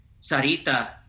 Sarita